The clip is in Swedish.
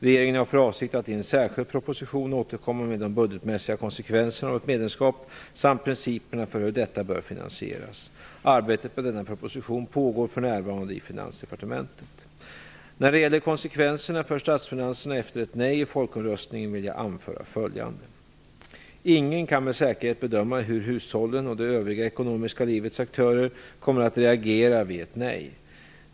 Regeringen har för avsikt att i en särskild proposition återkomma med de budgetmässiga konsekvenserna av ett medlemskap samt principerna för hur detta bör finansieras. Arbetet med denna proposition pågår för närvarande i När det gäller konsekvenserna för statsfinanserna efter ett nej i folkomröstningen vill jag anföra följande: Ingen kan med säkerhet bedöma hur hushållen och det övriga ekonomiska livets aktörer kommer att reagera vid ett nej.